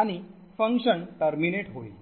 आणि फंक्शन समाप्त होईल